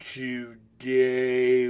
today